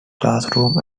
classrooms